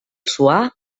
suar